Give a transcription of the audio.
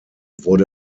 wurde